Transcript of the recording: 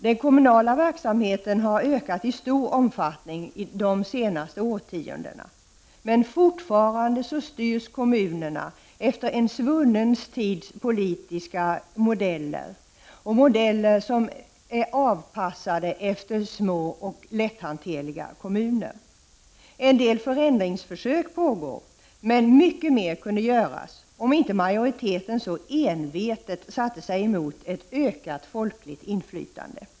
Den kommunala verksamheten har ökat i stor omfattning under de senaste årtiondena, men fortfarande styrs kommunerna efter en svunnen tids politiska modeller som är avpassade efter små och lätthanterliga kommuner. En del förändringsförsök pågår, men mycket mer skulle kunna göras om inte majoriteten så envetet satte sig emot ett ökat folkligt inflytande.